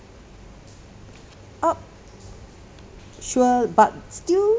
art sure but still